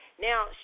now